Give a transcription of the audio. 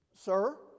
sir